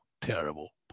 terrible